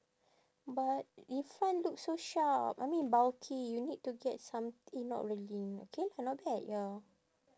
but in front looks so sharp I mean bulky you need to get something not really okay but not bad ya